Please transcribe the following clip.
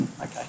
okay